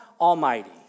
Almighty